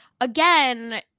again